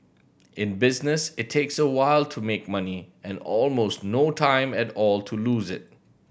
in business it takes a while to make money and almost no time at all to lose it